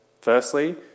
Firstly